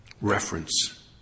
reference